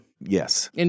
Yes